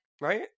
Right